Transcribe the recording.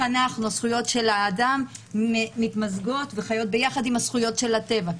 הזכויות של האדם מתמזגות וחיות ביחד עם הזכויות של הטבע.